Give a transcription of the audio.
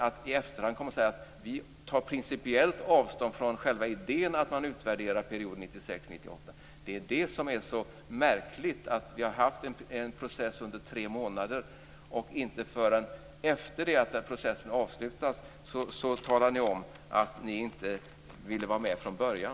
Att i efterhand komma och säga: Vi tar principiellt avstånd från själva idén att man utvärderar perioden 1996-1998, det är det som är så märkligt. Vi har haft en process under tre månader, och inte förrän efter det att den processen är avslutad talar ni om att ni inte ville vara med från början.